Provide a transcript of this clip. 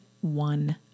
one